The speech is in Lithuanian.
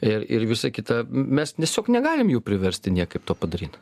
ir ir visa kita mes tiesiog negalim jų priversti niekaip to padaryt